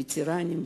וטרנים,